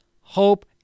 Hope